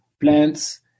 plants